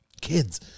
kids